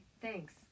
thanks